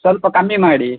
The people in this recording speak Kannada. ಸ್ವಲ್ಪ ಕಮ್ಮಿ ಮಾಡಿ